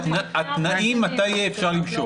--- זה התנאים מתי יהיה אפשר למשוך.